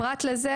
פרט לכך,